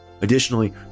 Additionally